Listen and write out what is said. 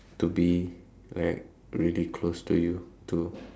to be like really close to you to